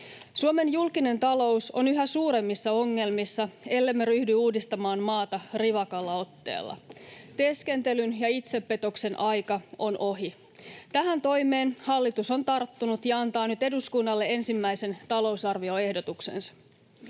Suomen julkinen talous on yhä suuremmissa ongelmissa, ellemme ryhdy uudistamaan maata rivakalla otteella. Teeskentelyn ja itsepetoksen aika on ohi. Tähän toimeen hallitus on tarttunut ja antaa nyt eduskunnalle ensimmäisen talousarvioehdotuksensa.